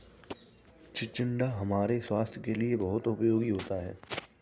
चिचिण्डा हमारे स्वास्थ के लिए बहुत उपयोगी होता है